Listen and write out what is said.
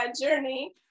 journey